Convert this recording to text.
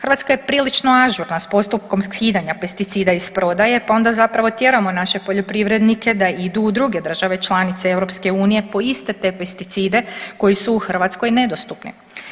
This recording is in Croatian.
Hrvatska je prilično ažurna s postupkom skidanja pesticida iz prodaje pa onda zapravo tjeramo naše poljoprivrednike da idu u druge države članice EU po iste te pesticide koji su u Hrvatskoj nedostupni.